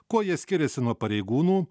kuo jie skiriasi nuo pareigūnų